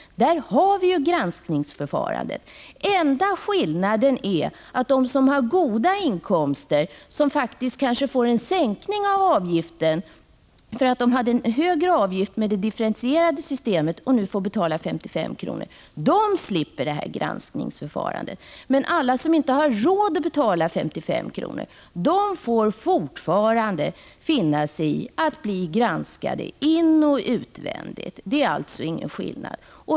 Där har vi granskningsförfarandet. Den enda skillnaden är att de som har goda inkomster, som kanske får en sänkning av avgiften för att de hade en högre avgift med det differentierade systemet och nu får betala 55 kr., slipper detta granskningsförfarande. Men alla som inte har råd att betala 55 kr. får fortfarande finna sig i att bli granskade inoch utvändigt. Där är det alltså ingen skillnad.